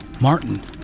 Martin